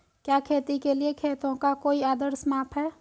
क्या खेती के लिए खेतों का कोई आदर्श माप है?